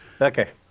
okay